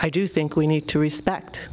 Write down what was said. i do think we need to respect